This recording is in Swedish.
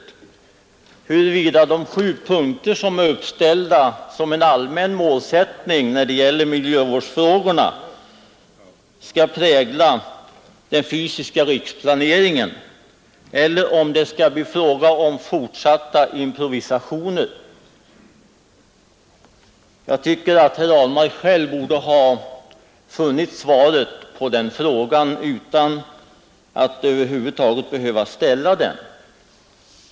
Han frågar exempelvis huruvida de sju punkter som är uppställda som en allmän målsättning när det gäller miljövårdsfrågorna skall prägla den fysiska riksplaneringen eller om det skall bli fortsatta improvisationer. Jag tycker att herr Ahlmark själv borde ha funnit svaret på den frågan och över huvud taget inte hade behövt ställa den här.